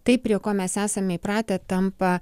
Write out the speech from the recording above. tai prie ko mes esame įpratę tampa